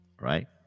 right